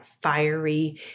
fiery